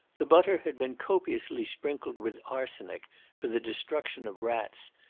the butter had been copiously sprinkled with arsenic for the destruction of rats,